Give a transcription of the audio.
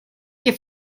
que